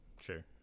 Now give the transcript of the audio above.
Sure